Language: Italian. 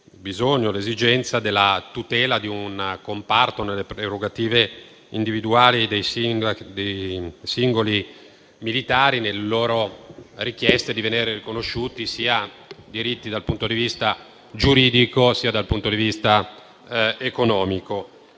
bisogno, all'esigenza e alla tutela di un comparto, nelle prerogative individuali dei singoli militari e nelle loro richieste di veder riconosciuti diritti dal punto di vista giuridico ed economico.